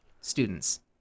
students